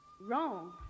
Wrong